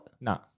No